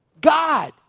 God